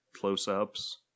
close-ups